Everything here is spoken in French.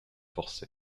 forcés